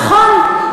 נכון.